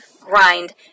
grind